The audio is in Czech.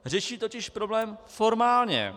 Řeší totiž problém formálně.